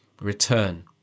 return